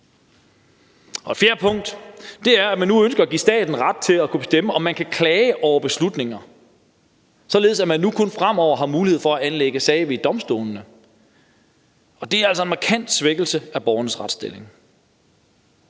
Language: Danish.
være butikker. 4) Nu ønsker man at give staten ret til at kunne bestemme, om man kan klage over beslutninger, således at man fremover kun har mulighed for at anlægge sager ved domstolene. Det er altså en markant svækkelse af borgernes retsstilling.